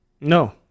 No